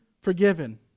forgiven